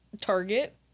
Target